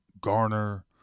garner